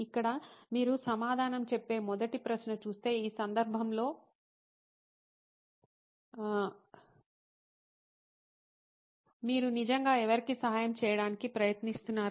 ఇక్కడ మీరు సమాధానం చెప్పే మొదటి ప్రశ్న చూస్తే ఈ సందర్భంలో మీరు నిజంగా ఎవరికి సహాయం చేయడానికి ప్రయత్నిస్తున్నారు